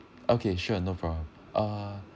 okay sure no problem uh